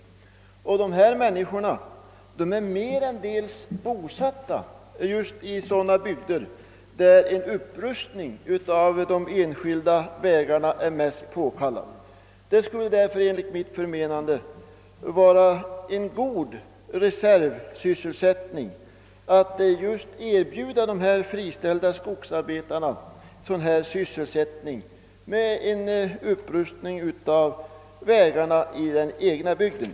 En stor del av dessa människor är bosatta just i sådana bygder där en upprustning av de enskilda vägarna är mest påkallad. Det skulle därför enligt mitt förmenan gård de vara en god reservsysselsättning för de friställda skogsarbetarna att upprusta vägarna i den egna bygden.